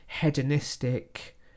hedonistic